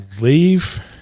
leave